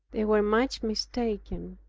they were much mistaken.